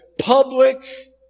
public